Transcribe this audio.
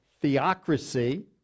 theocracy